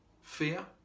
Fear